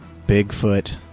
Bigfoot